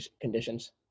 conditions